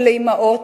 שלאמהות,